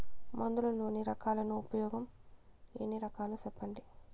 మందులలోని రకాలను ఉపయోగం ఎన్ని రకాలు? సెప్పండి?